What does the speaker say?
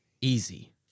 easy